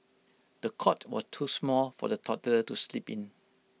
the cot was too small for the toddler to sleep in